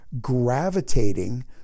gravitating